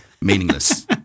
meaningless